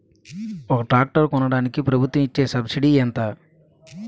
ఒక ట్రాక్టర్ కొనడానికి ప్రభుత్వం ఇచే సబ్సిడీ ఎంత?